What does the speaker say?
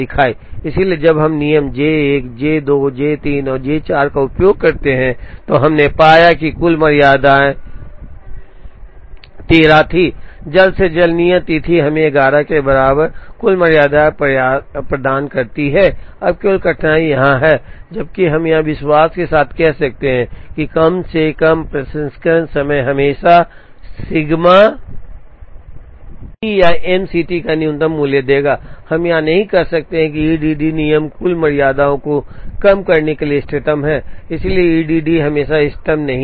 इसलिए जब हम नियम J 1 J 2 J 3 और J 4 का उपयोग करते हैं तो हमने पाया कि कुल मर्यादा 13 थी जल्द से जल्द नियत तिथि हमें 11 के बराबर कुल मर्यादा प्रदान करती हैI अब केवल कठिनाई यहाँ है जबकि यहाँ हम विश्वास के साथ कह सकते हैं कि कम से कम प्रसंस्करण समय हमेशा सिग्मा सीटी या एमसीटी का न्यूनतम मूल्य देगा हम यह नहीं कह सकते कि EDD नियम कुल मर्यादा को कम करने के लिए इष्टतम है इसलिए EDD हमेशा इष्टतम नहीं है